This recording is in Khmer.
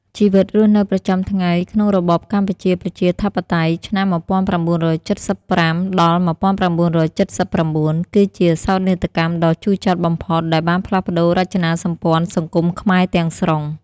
ជីវិតរស់នៅប្រចាំថ្ងៃក្នុងរបបកម្ពុជាប្រជាធិបតេយ្យ (ឆ្នាំ ១៩៧៥-១៩៧៩) គឺជាសោកនាដកម្មដ៏ជូរចត់បំផុតដែលបានផ្លាស់ប្តូររចនាសម្ព័ន្ធសង្គមខ្មែរទាំងស្រុង។